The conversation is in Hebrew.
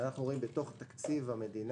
שאנחנו רואים בתוך תקציב המדינה